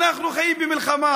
אנחנו חיים במלחמה,